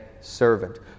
servant